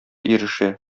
ирешә